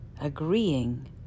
agreeing